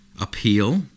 appeal